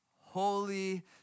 Holy